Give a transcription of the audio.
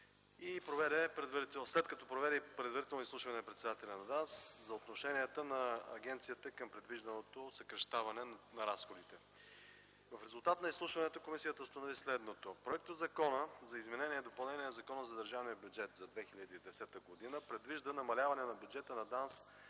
след като проведе и предварително изслушване на председателя на ДАНС за отношението на агенцията към предвижданото съкращаване на разходите й. В резултат на изслушването комисията установи следното: Проектозаконът за изменение и допълнение на Закона за държавния бюджет за 2010 г. предвижда намаляване на бюджета на ДАНС